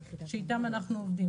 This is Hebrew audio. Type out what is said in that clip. שאיתם אנחנו עובדים?